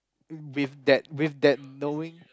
with that with that knowing